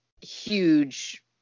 huge